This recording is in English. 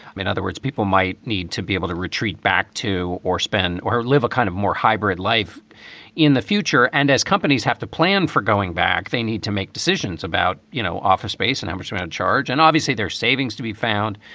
in other words, people might need to be able to retreat back to or spend or live a kind of more hybrid life in the future. and as companies have to plan for going back, they need to make decisions about, you know, office space and um harassment around charge and obviously their savings to be found.